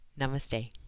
Namaste